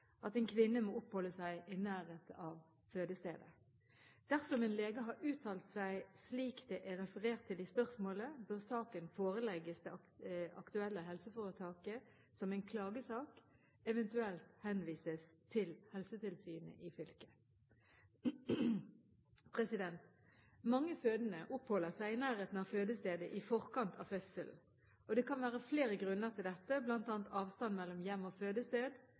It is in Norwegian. at en kvinne må oppholde seg i nærheten av fødestedet. Dersom en lege har uttalt seg slik det er referert til i spørsmålet, bør saken forelegges det aktuelle helseforetaket som en klagesak, eventuelt henvises til Helsetilsynet i fylket. Mange fødende oppholder seg i nærheten av fødestedet i forkant av fødselen. Det kan være flere grunner til dette, bl.a. avstand mellom hjem og fødested,